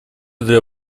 для